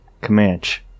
Comanche